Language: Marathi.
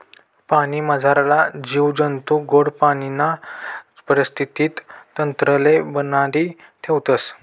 पाणीमझारला जीव जंतू गोड पाणीना परिस्थितीक तंत्रले बनाडी ठेवतस